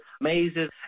mazes